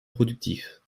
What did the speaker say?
productif